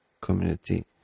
community